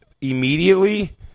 immediately